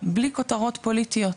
בלי כותרות פוליטיות.